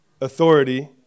authority